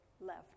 left